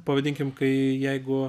pavadinkim kai jeigu